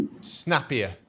snappier